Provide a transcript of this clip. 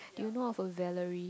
you know of a Valerie